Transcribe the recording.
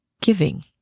giving